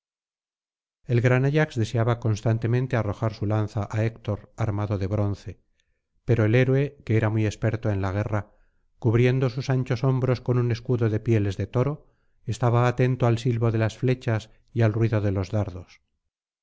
el gran ayax deseaba constantemente arrojar su lanza á héctor armado de bronce pero el héroe que era muy experto en la guerra cubriendo sus anchos hombros con un escudo de pieles de toro estaba atento al silbo de las flechas y al ruido de los dardos